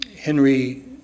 Henry